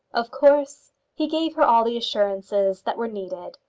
of course he gave her all the assurances that were needed,